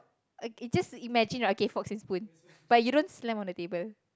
uh just imagine okay forks and spoon but you don't slam on the table